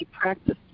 practice